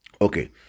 okay